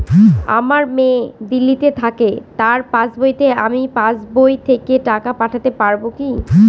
আমার মেয়ে দিল্লীতে থাকে তার পাসবইতে আমি পাসবই থেকে টাকা পাঠাতে পারব কি?